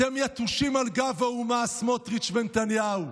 אתם יתושים על גב האומה, סמוטריץ' ונתניהו.